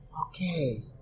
Okay